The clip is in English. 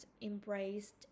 embraced